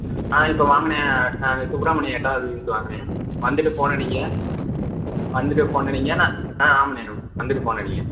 ஆ இப்போ வாங்கண்ணே அந்த சுப்புரமணிய எட்டாவது வீதிக்கு வாங்கண்ணே வந்துவிட்டு ஃபோன் அடிங்க வந்துவிட்டு ஃபோன் அடிங்க நான் ஆ ஆமாம்ண்ணே வந்துவிட்டு ஃபோன் அடிங்க